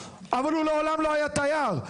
אבל הוא לעולם לא היה תייר,